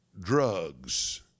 drugs